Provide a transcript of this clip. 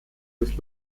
des